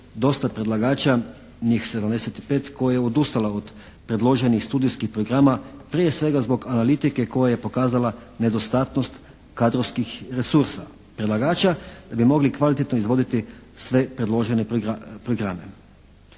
dosta predlagača, njih 75 koje je odustala od predloženih studijskih programa prije svega zbog analitike koja je pokazala nedostatnost kadrovskih resursa predlagača da bi mogli kvalitetno izvoditi sve predložene programe.